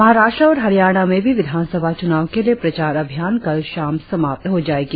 महाराष्ट्र और हरियाणा में भी विधानसभा चुनाव के लिए प्रचार अभियान कल शाम समाप्त हो जाएगी